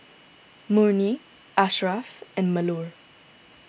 Murni Asharaff and Melur